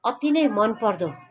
अति नै मन पर्दो